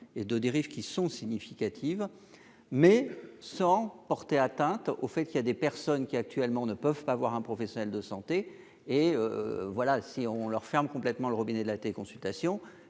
et de dérives qui sont significatives mais sans porter atteinte au fait qu'il y a des personnes qui actuellement ne peuvent pas avoir un professionnel de santé, et voilà, si on leur ferme complètement le robinet de la téléconsultation